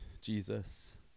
Jesus